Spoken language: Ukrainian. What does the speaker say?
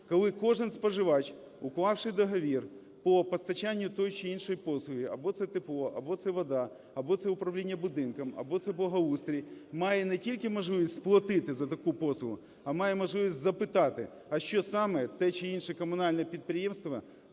коли кожен споживач, уклавши договір по постачанню тої чи іншої послуги (або це тепло, або це вода, або це управління будинками, або це благоустрій) має не тільки можливість сплатити за таку послугу, а має можливість запитати, а що саме те чи інше комунальне підприємство